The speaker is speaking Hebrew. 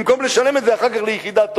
במקום לשלם את זה אחר כך ליחידת "עוז"